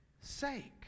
sake